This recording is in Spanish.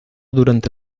durante